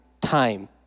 time